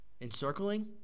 encircling